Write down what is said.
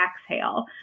exhale